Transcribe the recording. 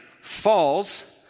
falls